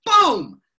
Boom